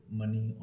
money